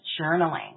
journaling